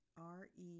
R-E